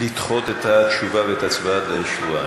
לדחות את התשובה ואת ההצבעה בשבועיים.